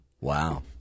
Wow